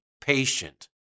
patient